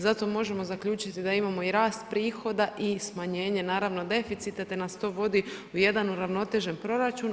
Zato možemo zaključiti da imamo i rast prihoda i smanjenje deficita te nas to vodi u jedan uravnotežen proračun.